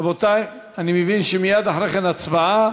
רבותי, אני מבין שמייד אחרי כן הצבעה.